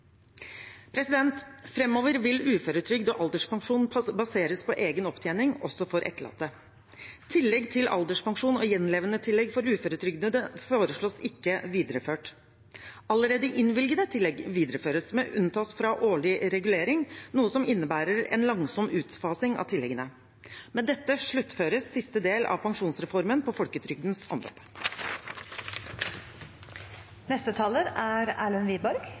vil uføretrygd og alderspensjon baseres på egen opptjening også for etterlatte. Tillegg til alderspensjon og gjenlevendetillegg for uføretrygdede foreslås ikke videreført. Allerede innvilgede tillegg videreføres, men unntatt fra årlig regulering, noe som innebærer en langsom utfasing av tilleggene. Med dette sluttføres siste del av pensjonsreformen på folketrygdens område. Når jeg hører et par av de foregående talerne, og spesielt saksordføreren, er